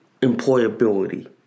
Employability